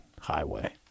highway